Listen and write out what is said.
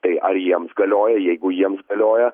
tai ar jiems galioja jeigu jiems galioja